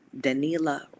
Danila